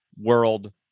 world